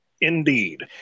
Indeed